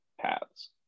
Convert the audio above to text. paths